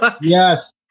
Yes